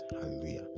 Hallelujah